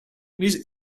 music